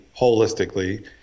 holistically